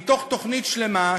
מתוך תוכנית שלמה,